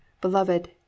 Beloved